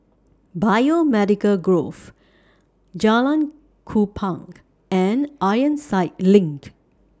Biomedical Grove Jalan Kupang and Ironside LINK